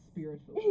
Spiritual